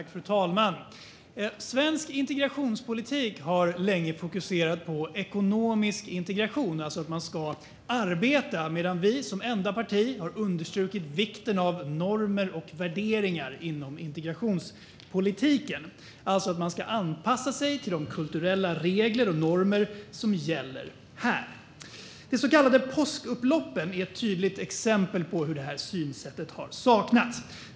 Fru talman! Svensk integrationspolitik har länge fokuserat på ekonomisk integration, alltså att man ska arbeta, medan vi som enda parti har understrukit vikten av normer och värderingar inom integrationspolitiken, alltså att man ska anpassa sig till de kulturella regler och normer som gäller här. De så kallade påskupploppen är ett tydligt exempel på hur detta synsätt har saknats.